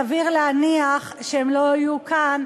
סביר להניח שהם לא יהיו כאן,